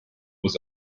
was